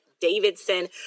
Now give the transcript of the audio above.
Davidson